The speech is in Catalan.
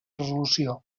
resolució